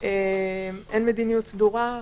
אין מדיניות סדורה,